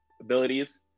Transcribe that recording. abilities